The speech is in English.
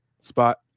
spot